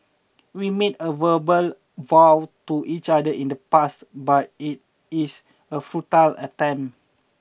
we made a verbal vow to each other in the past but it is a futile attempt